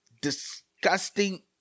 disgusting